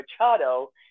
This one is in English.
Machado